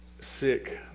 sick